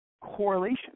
correlation